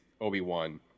Obi-Wan